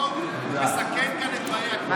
אפידמיולוג ומסכן כאן את באי הכנסת.